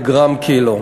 בגרם וקילו.